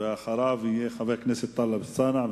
ואחריו יהיה חבר הכנסת טלב אלסאנע,